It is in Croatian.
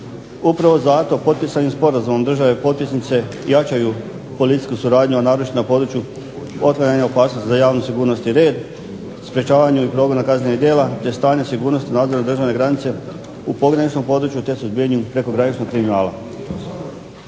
Upravo zato potpisan je sporazum da države potpisnice jačaju policijsku suradnju, a naročito na području otklanjanja opasnosti za javnu sigurnost i red, sprečavanju i progonu kaznenih djela te stanja sigurnosti na odjelu državne granice u pograničnom području te suzbijanju prekograničnog kriminala.